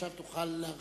עכשיו תוכל להרחיב,